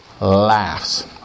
laughs